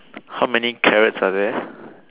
how many carrots are there